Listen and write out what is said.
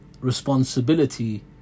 responsibility